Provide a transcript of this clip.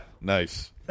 nice